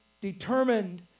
determined